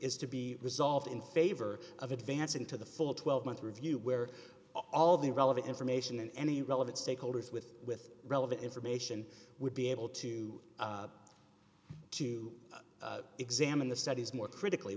is to be resolved in favor of advancing to the full twelve month review where all the relevant information in any relevant stakeholders with with relevant information would be able to to examine the studies more critically